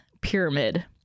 pyramid